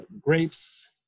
grapes